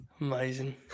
Amazing